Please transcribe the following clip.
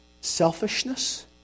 selfishness